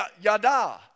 yada